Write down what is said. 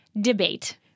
debate